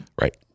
Right